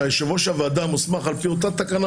שיושב-ראש הוועדה מוסמך על פי אותה תקנה,